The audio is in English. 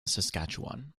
saskatchewan